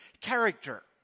character